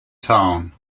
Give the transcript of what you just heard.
town